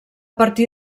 partir